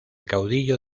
caudillo